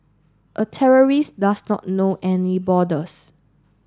a terrorist does not know any borders